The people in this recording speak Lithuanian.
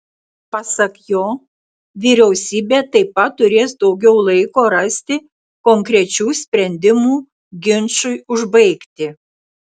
pasak jo vyriausybė taip pat turės daugiau laiko rasti konkrečių sprendimų ginčui užbaigti